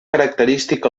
característic